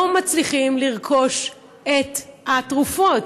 לא מצליחים לרכוש את התרופות.